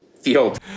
Field